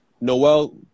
Noel